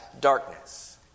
darkness